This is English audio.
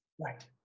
Right